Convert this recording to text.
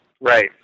Right